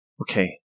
Okay